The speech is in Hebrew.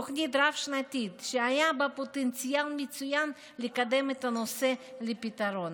תוכנית רב-שנתית שהיה בה פוטנציאל מצוין לקדם את הנושא לפתרון.